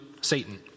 Satan